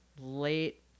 late